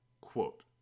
Quote